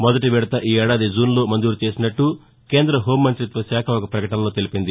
మొదటి విడత ఈఏడాది జూన్లో మంజూరు చేసినట్లు కేంద్ర హెూంమంతిత్వశాఖ ఒక పకటనలో తెలిపింది